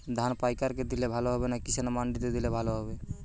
ধান পাইকার কে দিলে ভালো হবে না কিষান মন্ডিতে দিলে ভালো হবে?